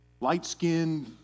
light-skinned